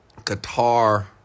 Qatar